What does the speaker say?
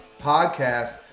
Podcast